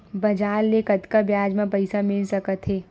बजार ले कतका ब्याज म पईसा मिल सकत हे?